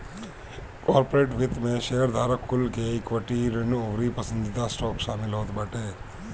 corporate वित्त में शेयरधारक कुल के इक्विटी, ऋण अउरी पसंदीदा स्टॉक शामिल होत बाटे